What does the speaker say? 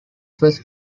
first